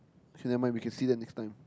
okay never mind we can see the next time